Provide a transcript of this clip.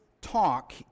talk